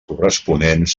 corresponents